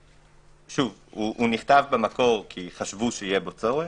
שוב - הוא נכתב במקור כי חשבו שיהיה בו צורך,